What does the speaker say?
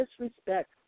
disrespect